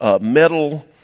metal